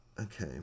okay